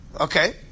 Okay